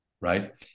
right